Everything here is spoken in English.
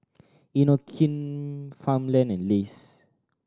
Inokim Farmland and Lays